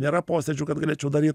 nėra posėdžių kad galėčiau daryt